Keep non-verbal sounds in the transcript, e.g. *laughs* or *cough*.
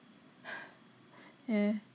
*laughs* ya